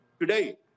today